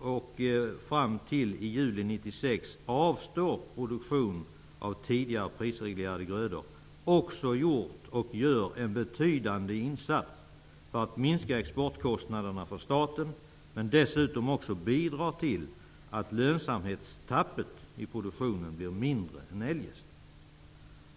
och fram till juli 1996 avstår från produktion av tidigare prisreglerade grödor därmed gjort och gör en betydande insats för att minska statens exportkostnader. Man bidrar dessutom till att lönsamhetsminskningen i produktionen blir mindre än eljest.